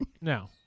No